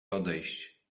odejść